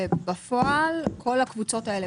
בפועל כל הקבוצות האלה,